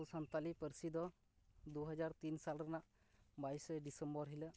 ᱟᱵᱚ ᱥᱟᱱᱛᱟᱞᱤ ᱯᱟᱹᱨᱥᱤ ᱫᱚ ᱫᱩᱦᱟᱡᱟᱨ ᱛᱤᱱ ᱥᱟᱞ ᱨᱮᱱᱟᱜ ᱵᱟᱭᱤᱥᱮ ᱰᱤᱥᱮᱢᱵᱚᱨ ᱦᱤᱞᱳᱜ